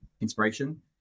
inspiration